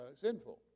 sinful